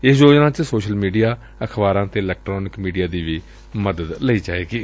ਇਸ ਯੋਜਨਾ ਵਿਚ ਸੋਸ਼ਲ ਮੀਡੀਆ ਅਖਬਾਰਾਂ ਅਤੇ ਇਲੈਕਟਾਨਿਕ ਮੀਡੀਆ ਦੀ ਵੀ ਮਦਦਦਲਈ ਜਾਏਗੀ